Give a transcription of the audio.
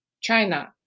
China